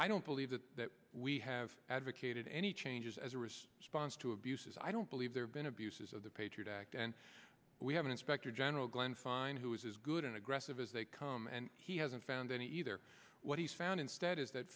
i don't believe that that we have advocated any changes as a response to abuses i don't believe there have been abuses of the patriot act and we have an inspector general glenn fine who is as good an aggressive as they come and he hasn't found any either what he's found instead is that